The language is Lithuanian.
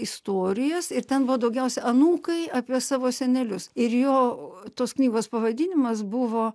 istorijas ir ten buvo daugiausia anūkai apie savo senelius ir jo tos knygos pavadinimas buvo